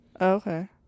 Okay